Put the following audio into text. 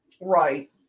Right